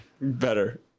Better